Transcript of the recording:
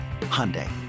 Hyundai